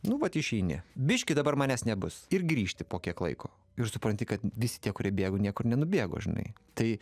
nu vat išeini biškį dabar manęs nebus ir grįžti po kiek laiko ir supranti kad visi tie kurie bėgo niekur nenubėgo žinai tai